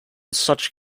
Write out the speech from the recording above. such